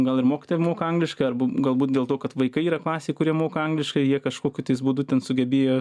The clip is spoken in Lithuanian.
gal ir mokytoja moka angliškai arba galbūt dėl to kad vaikai yra klasėj kurie moka angliškai jie kažkokiu būdu ten sugebėjo